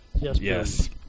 Yes